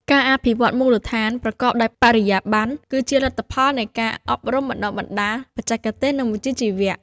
ការអភិវឌ្ឍមូលដ្ឋានប្រកបដោយបរិយាបន្ន គឺជាលទ្ធផលនៃការអប់រំបណ្ដុះបណ្ដាលបច្ចេកទេស និងវិជ្ជាជីវៈ។